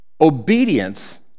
obedience